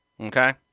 Okay